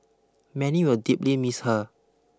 many will deeply miss her